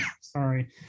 Sorry